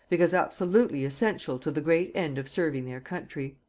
because absolutely essential to the great end of serving their country.